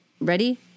ready